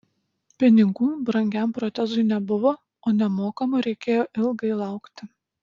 pinigų brangiam protezui nebuvo o nemokamo reikėjo ilgai laukti